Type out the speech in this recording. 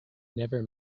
never